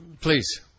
Please